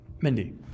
Mindy